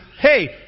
hey